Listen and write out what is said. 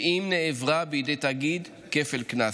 ואם נעברה בידי תאגיד, כפל קנס.